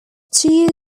two